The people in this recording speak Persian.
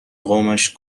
قومش